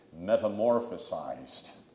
metamorphosized